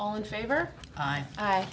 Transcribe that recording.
all in favor